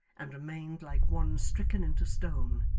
and remained like one stricken into stone,